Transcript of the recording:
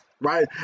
right